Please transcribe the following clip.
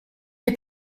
est